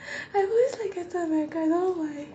I've always liked captain america I don't know why